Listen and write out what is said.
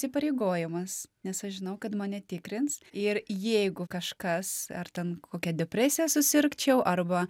įsipareigojimas nes aš žinau kad mane tikrins ir jeigu kažkas ar ten kokia depresija susirgčiau arba